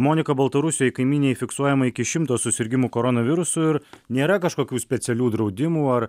monika baltarusijoj kaimynėj fiksuojama iki šimto susirgimų koronavirusu ir nėra kažkokių specialių draudimų ar